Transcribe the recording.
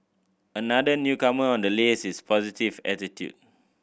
another newcomer on the list is positive attitude